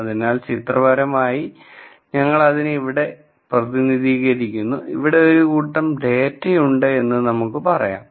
അതിനാൽ ചിത്രപരമായി ഞങ്ങൾ അതിനെ ഇവിടെ പ്രതിനിധീകരിക്കുന്നു ഇവിടെ ഒരു കൂട്ടം ഡാറ്റയുണ്ട് എന്ന്നമുക്ക് പറയാം